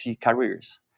careers